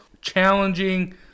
challenging